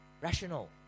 rational